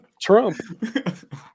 Trump